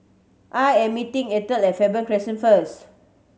I am meeting Ethel at Faber Crescent first